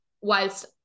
whilst